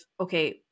okay